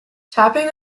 tapping